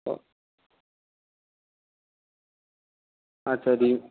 ও আচ্ছা